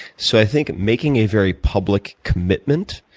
so i think making a very public commitment,